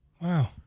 Wow